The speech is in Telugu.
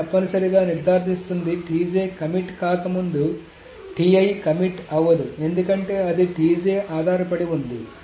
ఇది తప్పనిసరిగా నిర్ధారిస్తుంది కమిట్ కాకముందు కమిట్ అవ్వదు ఎందుకంటే అది ఆధారపడి ఉంది